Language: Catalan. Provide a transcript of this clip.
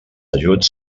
ajuts